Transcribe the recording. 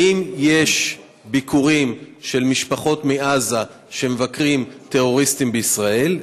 האם יש ביקורים של משפחות מעזה שמבקרים טרוריסטים בישראל?